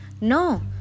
No